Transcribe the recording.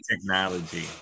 technology